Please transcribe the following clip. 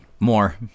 More